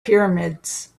pyramids